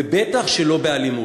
ובטח שלא באלימות.